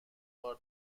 کار